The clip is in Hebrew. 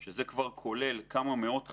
שזה כבר כולל כמה מאות חיילים.